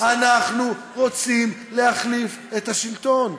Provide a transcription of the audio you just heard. כן, אנחנו רוצים להחליף את השלטון.